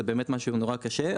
זה באמת משהו נורא קשה.